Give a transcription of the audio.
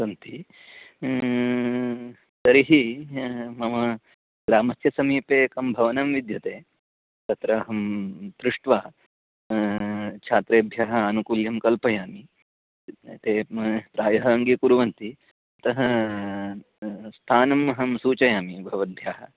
सन्ति तर्हि मम ग्रामस्य समीपे एकं भवनं विद्यते तत्र अहं दृष्ट्वा छात्रेभ्यः आनुकूल्यं कल्पयामि ते प्रायः अङ्गीकुर्वन्ति अतः स्थानम् अहं सूचयामि भवद्भ्यः